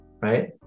right